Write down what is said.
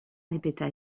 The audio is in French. répéta